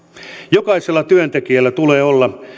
jokaisella työntekijällä tulee olla